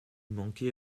manquait